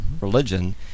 religion